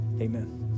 Amen